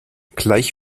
gleich